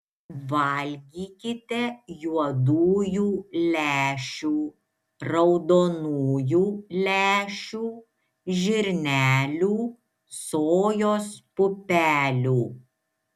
valgykite juodųjų lęšių raudonųjų lęšių žirnelių sojos pupelių